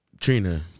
Trina